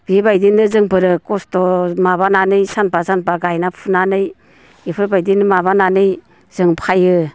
बेबायदिनो जोंफोरो खस्थ' माबानानै सानफा सानफा गायना फुनानै बेफोरबायदिनो माबानानै जों फैयो